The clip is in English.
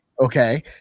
Okay